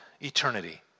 eternity